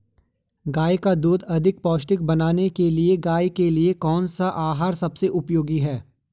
गाय का दूध अधिक पौष्टिक बनाने के लिए गाय के लिए कौन सा आहार सबसे उपयोगी है?